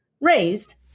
raised